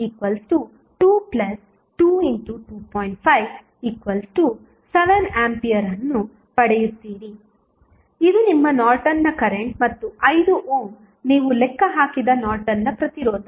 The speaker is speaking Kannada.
5 7A ಅನ್ನು ಪಡೆಯುತ್ತೀರಿ ಇದು ನಿಮ್ಮ ನಾರ್ಟನ್ನ ಕರೆಂಟ್ ಮತ್ತು 5 ಓಮ್ ನೀವು ಲೆಕ್ಕ ಹಾಕಿದ ನಾರ್ಟನ್ನ ಪ್ರತಿರೋಧ